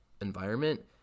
environment